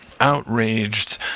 outraged